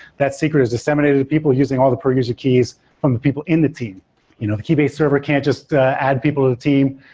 that secret is disseminated to people using all the per user keys from the people in the team. you know the keybase server can't just add people to the team,